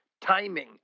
timing